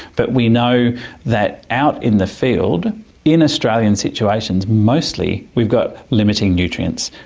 but we know that out in the field in australian situations mostly we've got limiting nutrients,